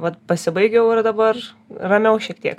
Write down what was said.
vat pasibaigiau yra dabar ramiau šiek tiek